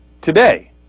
Today